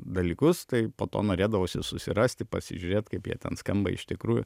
dalykus tai po to norėdavosi susirasti pasižiūrėt kaip jie ten skamba iš tikrųjų